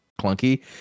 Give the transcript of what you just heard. clunky